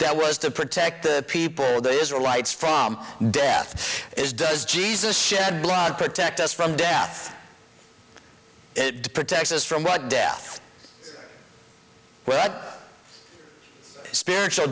that was to protect the people of the israelites from death is does jesus shed blood protect us from death it protects us from what death well spiritual